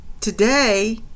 today